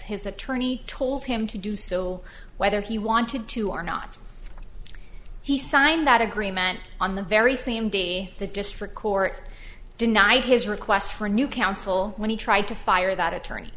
his attorney told him to do so whether he wanted to or not he signed that agreement on the very same day the district court denied his request for a new counsel when he tried to fire that attorney